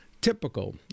typical